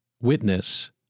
witness